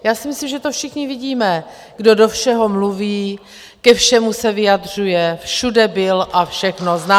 Já si myslím, že to všichni vidíme, kdo do všeho mluví, ke všemu se vyjadřuje, všude byl a všechno zná.